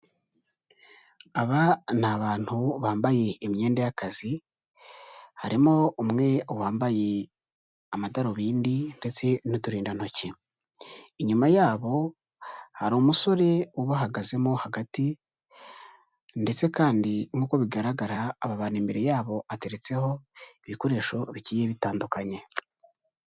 Aba ni abantu bambaye imyenda y'akazi, harimo umwe wambaye amadarubindi ndetse n'uturindantoki, inyuma yabo hari umusore ubahagazemo hagati ndetse kandi nk'uko bigaragara, aba bantu imbere yabo hateretseho ibikoresho bigiye bitandukanye.